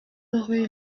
rue